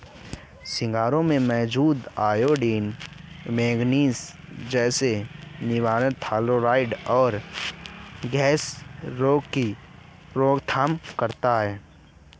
सिंघाड़े में मौजूद आयोडीन, मैग्नीज जैसे मिनरल्स थायरॉइड और घेंघा रोग की रोकथाम करता है